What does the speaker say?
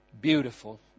beautiful